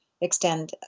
extend